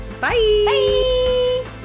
Bye